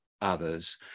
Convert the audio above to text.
others